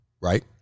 Right